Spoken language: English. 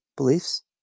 beliefs